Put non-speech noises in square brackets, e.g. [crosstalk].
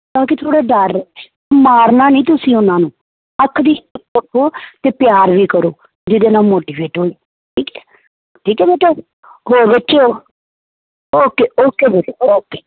ਤਾਂ ਕਿ ਥੋੜ੍ਹਾ ਡਰ ਰਹੇ ਮਾਰਨਾ ਨਹੀਂ ਤੁਸੀਂ ਉਹਨਾਂ ਨੂੰ ਅੱਖ ਦੀ [unintelligible] ਅਤੇ ਪਿਆਰ ਵੀ ਕਰੋ ਜਿਹਦੇ ਨਾਲ ਮੋਟੀਵੇਟ ਹੋਏ ਠੀਕ ਹੈ ਠੀਕ ਹੈ ਬੇਟਾ ਹੋਰ ਬੱਚਿਉ ਓਕੇ ਓਕੇ ਬੇਟਾ ਓਕੇ